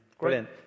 brilliant